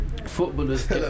Footballers